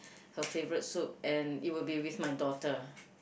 her favourite soup and it will be with my daughter